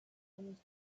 comes